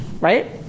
right